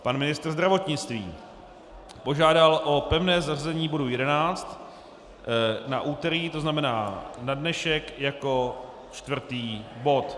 Pan ministr zdravotnictví požádal o pevné zařazení bodu 11 na úterý, to znamená na dnešek, jako čtvrtý bod.